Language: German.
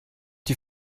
die